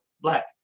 black